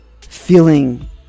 feeling